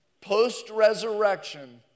post-resurrection